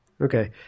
Okay